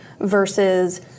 versus